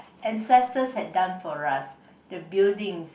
ancestors had done for us the buildings